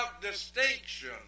distinction